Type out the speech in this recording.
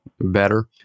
better